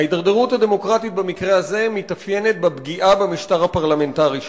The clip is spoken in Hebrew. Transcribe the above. ההידרדרות הדמוקרטית במקרה הזה מתאפיינת בפגיעה במשטר הפרלמנטרי שלנו,